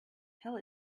tell